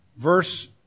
Verse